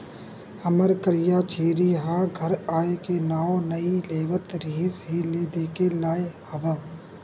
हमर करिया छेरी ह घर आए के नांव नइ लेवत रिहिस हे ले देके लाय हँव